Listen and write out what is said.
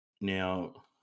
Now